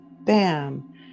Bam